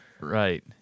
Right